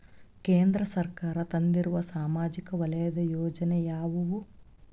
ಕೇಂದ್ರ ಸರ್ಕಾರ ತಂದಿರುವ ಸಾಮಾಜಿಕ ವಲಯದ ಯೋಜನೆ ಯಾವ್ಯಾವು?